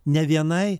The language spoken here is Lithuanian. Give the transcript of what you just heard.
ne vienai